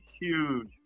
huge